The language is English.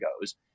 goes